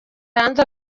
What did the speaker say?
hanze